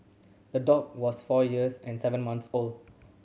the dog was four years and seven month old